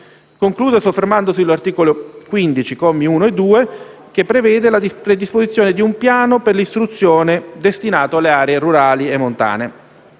Concludo soffermandomi sull'articolo 15, commi 1 e 2, che prevede la predisposizione di un Piano per l'istruzione destinato alle aree rurali e montane,